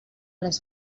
les